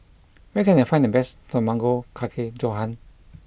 where can I find the best Tamago Kake Gohan